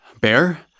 Bear